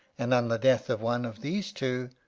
and on the death of one of these two,